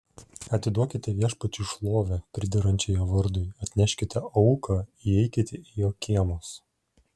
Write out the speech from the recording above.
atiduokite viešpačiui šlovę priderančią jo vardui atneškite auką įeikite į jo kiemus